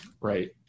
Right